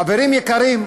חברים יקרים,